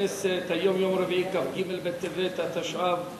יום רביעי, כ"ג בטבת התשע"ב,